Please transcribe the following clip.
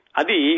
adi